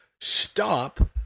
stop